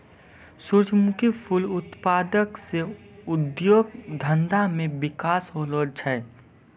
सुरजमुखी फूल उत्पादन से उद्योग धंधा मे बिकास होलो छै